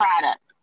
Product